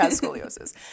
scoliosis